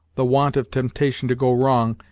the want of temptation to go wrong,